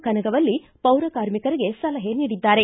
ಕನಗವಲ್ಲಿ ಪೌರಕಾರ್ಮಿಕರಿಗೆ ಸಲಹೆ ನೀಡಿದ್ದಾರೆ